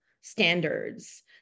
standards